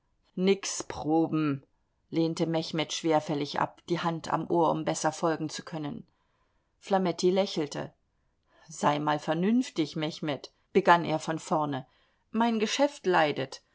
nix proben lehnte mechmed schwerfällig ab die hand am ohr um besser folgen zu können flametti lächelte sei mal vernünftig mechmed begann er von vorne mein geschäft leidet